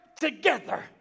together